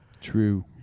True